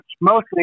mostly